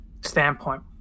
standpoint